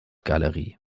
galerie